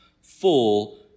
full